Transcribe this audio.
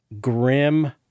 grim –